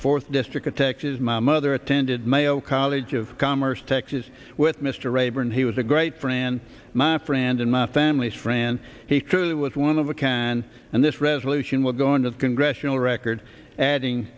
fourth district of texas my mother attended mayo college of commerce texas with mr raeburn he was a great friend my friend and my family's friend he truly was one of the can and this resolution will go into the congressional record adding